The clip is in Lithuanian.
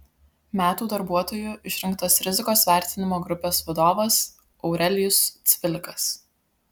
metų darbuotoju išrinktas rizikos vertinimo grupės vadovas aurelijus cvilikas